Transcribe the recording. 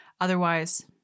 otherwise